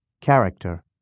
character